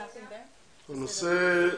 הנושא: